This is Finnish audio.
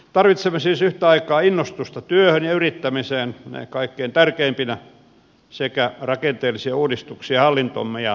tarvitsemme siis yhtä aikaa innostusta työhön ja yrittämiseen ne kaikkein tärkeimpinä sekä rakenteellisia uudistuksia hallintomme ja taloutemme hoitoon